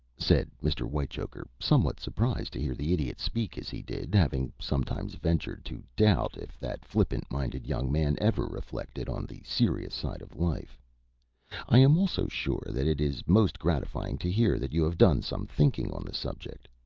said mr. whitechoker, somewhat surprised to hear the idiot speak as he did, having sometimes ventured to doubt if that flippant-minded young man ever reflected on the serious side of life i am also sure that it is most gratifying to hear that you have done some thinking on the subject.